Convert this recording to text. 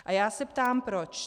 A já se ptám proč.